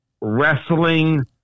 wrestling